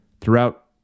throughout